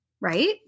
right